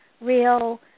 real